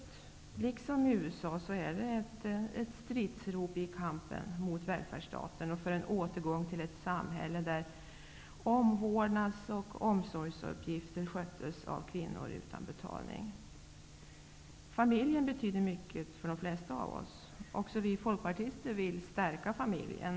Liksom i USA är det ofta ett stridsrop i kampen mot välfärdsstaten och ett stridsrop för en återgång till ett samhälle där omvårdnads och omsorgsuppgifter sköttes av kvinnor utan betalning. Familjen betyder mycket för de flesta av oss. Också vi folkpartister vill stärka familjen.